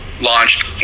launched